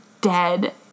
dead